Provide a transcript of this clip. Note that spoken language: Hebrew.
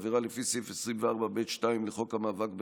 עבירה לפי סעיף 24(ב)(2) לחוק המאבק בטרור,